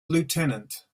lieutenant